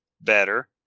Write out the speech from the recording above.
Better